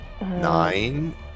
Nine